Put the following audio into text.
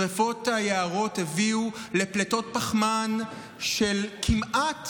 שרפות היערות הביאו לפליטות פחמן של כמעט